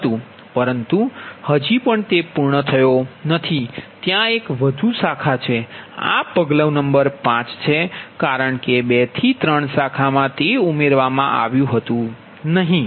પરંતુ હજી પણ તે પૂર્ણ થઈ નથી ત્યાં એક વધુ શાખા છે આ પગલું 5 છે કારણ કે 2 થી 3 શાખા મા તે ઉમેરવામાં આવતુ નથી